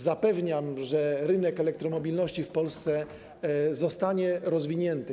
Zapewniam, że rynek elektromobilności w Polsce zostanie rozwinięty.